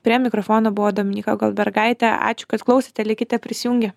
prie mikrofono buvo dominyka goldbergaitė ačiū kad klausėte likite prisijungę